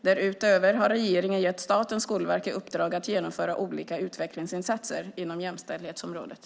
Därutöver har regeringen gett Statens skolverk i uppdrag att genomföra olika utvecklingsinsatser inom jämställdhetsområdet.